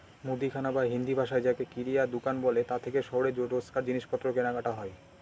মুদিখানা বা হিন্দিভাষায় যাকে কিরায়া দুকান বলে তা থেকেই শহরে রোজকার জিনিসপত্র কেনাকাটা হয়